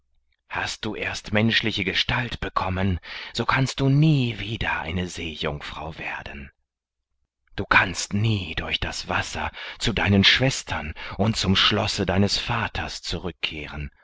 hast du erst menschliche gestalt bekommen so kannst du nie wieder eine seejungfrau werden du kannst nie durch das wasser zu deinen schwestern und zum schlosse deines vaters zurückkehren